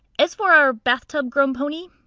as for our bathtub-grown pony?